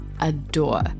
adore